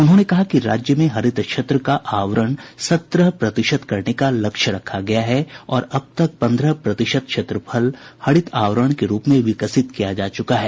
उन्होंने कहा कि राज्य में हरित क्षेत्र का आवरण सत्रह प्रतिशत करने का लक्ष्य रखा गया है और अब तक पन्द्रह प्रतिशत क्षेत्रफल हरित आवरण के रूप में विकसित किया जा चुका है